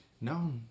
No